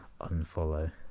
unfollow